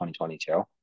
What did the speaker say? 2022